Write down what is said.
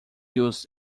used